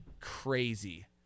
crazy